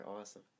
awesome